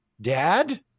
dad